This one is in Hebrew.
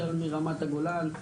החל מרמת הגולן,